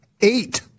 eight